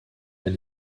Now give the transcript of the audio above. wenn